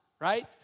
right